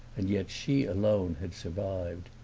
and yet she alone had survived.